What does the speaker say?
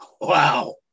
Wow